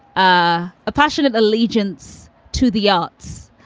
ah a passionate allegiance to the arts.